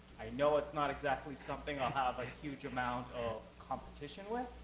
i know it's not exactly something i'll have a huge amount of competition with,